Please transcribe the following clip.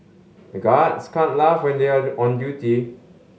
the guards can't laugh when they are on duty